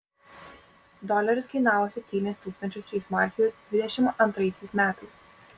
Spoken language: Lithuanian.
doleris kainavo septynis tūkstančius reichsmarkių dvidešimt antraisiais metais